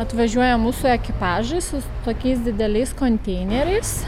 atvažiuoja mūsų ekipažas su tokiais dideliais konteineriais